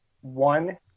one